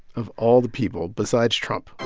of all the people besides trump.